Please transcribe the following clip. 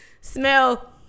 smell